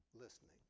listening